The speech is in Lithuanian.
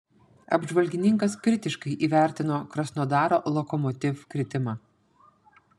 apžvalgininkas kritiškai įvertino krasnodaro lokomotiv kritimą